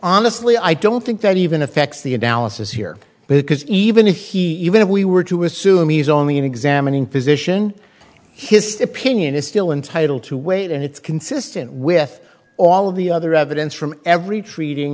honestly i don't think that even affects the analysis here because even if he even if we were to assume he's only an examining physician his opinion is still entitle to wait and it's consistent with all of the other evidence from every treating